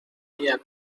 niña